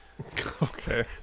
Okay